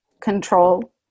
control